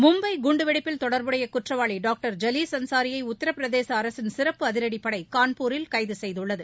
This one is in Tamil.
மும்பை குண்டுவெடிப்பில் தொடர்புடைய குற்றவாளி டாக்டர் ஐலீஸ் அன்சாரியை உத்தரப்பிரதேச அரசின் சிறப்பு அதிரடிப்படை கான்பூரில் கைது செய்துள்ளது